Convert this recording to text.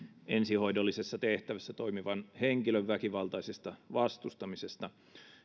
ensihoidollisessa tehtävässä toimivan henkilön väkivaltaisesta vastustamisesta